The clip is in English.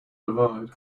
divide